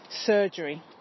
surgery